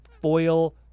foil